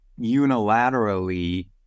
unilaterally